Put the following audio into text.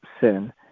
sin